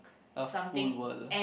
a full world